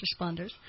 responders